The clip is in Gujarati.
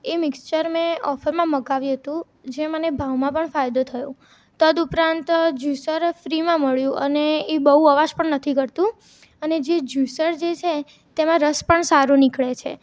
એ મિક્ષ્ચર મેં ઓફરમાં મંગાવ્યું હતું જે મને ભાવમાં પણ ફાયદો થયો તદુપરાંત જ્યુસર ફ્રીમાં મળ્યું અને એ બહુ અવાજ પણ નથી કરતું અને જે જ્યુસર જે છે તેમાં રસ પણ સારો નીકળે છે